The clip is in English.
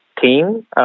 team